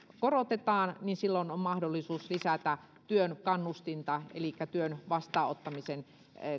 korotetaan niin silloin on mahdollisuus lisätä työn kannustinta elikkä työn vastaanottamisen